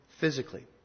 physically